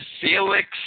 Felix